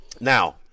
Now